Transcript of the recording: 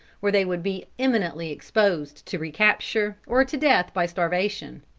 where they would be imminently exposed to recapture, or to death by starvation.